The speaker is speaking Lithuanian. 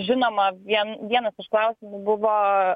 žinoma vien vienas iš klausimų buvo